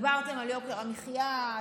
דיברתם על יוקר המחיה,